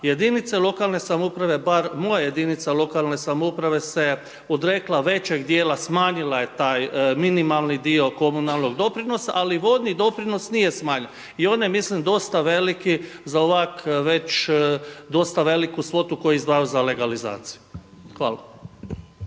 jedinice lokalne samouprave, bar moja jedinica lokalne samouprave se odrekla većeg djela, smanjila je taj minimalni dio komunalnog doprinosa ali vodni doprinos nije smanjen. I on je mislim dosta veliki za ovako već, dosta veliku svotu koji izdvajaju za legalizaciju. Hvala.